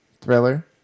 thriller